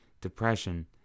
depression